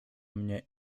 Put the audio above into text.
mnie